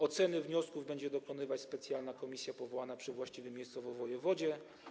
Oceny wniosków będzie dokonywać specjalna komisja powołana przy właściwym miejscowo wojewodzie.